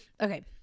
Okay